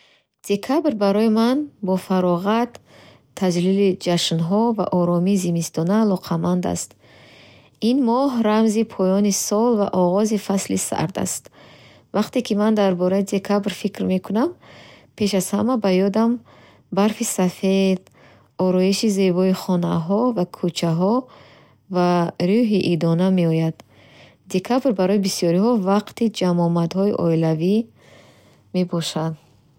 Декабр барои ман бо фароғат, таҷлили ҷашнҳо ва оромии зимистона алоқаманд аст. Ин моҳ рамзи поёни сол ва оғози фасли сард аст. Вақте ки ман дар бораи декабр фикр мекунам, пеш аз ҳама ба ёдам барфи сафед, ороиши зебои хонаҳо ва кӯчаҳо, ва рӯҳи идона меояд. Декабр барои бисёриҳо вақти ҷамъомадҳои оилавӣ мебошад.